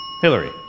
Hillary